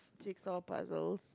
jigsaw puzzles